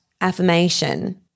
affirmation